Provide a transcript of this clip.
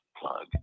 plug